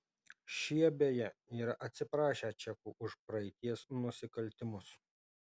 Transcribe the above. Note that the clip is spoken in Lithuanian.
šie beje yra atsiprašę čekų už praeities nusikaltimus